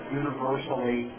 universally